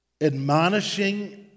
Admonishing